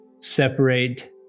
separate